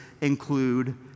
include